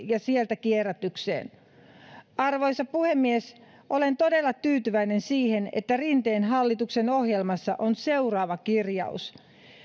ja sieltä kierrätykseen arvoisa puhemies olen todella tyytyväinen siihen että rinteen hallituksen ohjelmassa on seuraava kirjaus